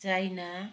China